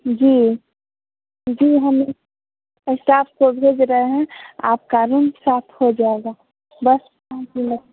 जी जी हम इस्टाफ को भेज रहे हैं आपका रूम साफ़ हो जाएगा बस पाँच मिनट